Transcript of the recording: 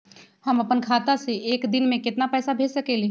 हम अपना खाता से एक दिन में केतना पैसा भेज सकेली?